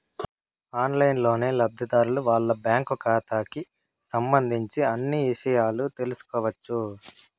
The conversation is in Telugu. ఆన్లైన్లోనే లబ్ధిదారులు వాళ్ళ బ్యాంకు ఖాతాకి సంబంధించిన అన్ని ఇషయాలు తెలుసుకోవచ్చు